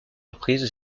reprises